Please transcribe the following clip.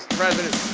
president.